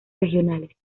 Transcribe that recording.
regionales